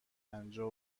پنجاه